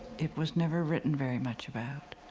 it was never written very much about.